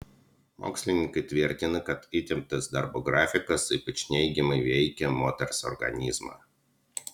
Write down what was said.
mokslininkai tvirtina kad įtemptas darbo grafikas ypač neigiamai veikia moters organizmą